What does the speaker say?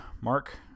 mark